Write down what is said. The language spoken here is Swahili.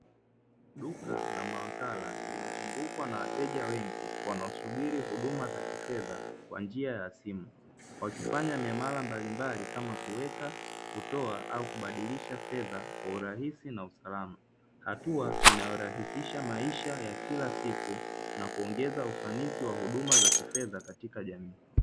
Duka la mawakala limezungukwa na wateja wengi wanaosubiri huduma za kifedha kwa njia ya simu, wakifanya miamala mbali mbali kama kuweka, kutoa au kubadilisha fedha kwa urahisi na usalama, hatua inayorahisisha maisha ya kila siku na kuongeza ufanisi wa huduma za kifedha katika jamii.